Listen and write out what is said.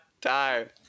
time